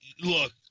Look